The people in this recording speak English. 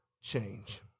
change